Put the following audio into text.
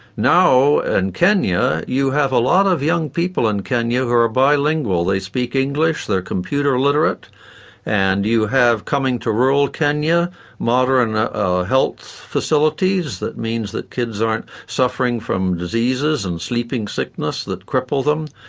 now in and kenya you have a lot of young people in kenya who are ah bilingual, they speak english, they are computer literate and you have coming to rural kenya modern health facilities that means that kids aren't suffering from diseases and sleeping sickness that crippled them.